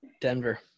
Denver